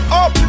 up